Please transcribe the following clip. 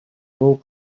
буй